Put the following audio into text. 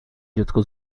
dziecko